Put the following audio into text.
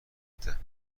میتونید